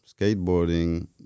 skateboarding